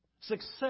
success